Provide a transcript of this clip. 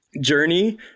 journey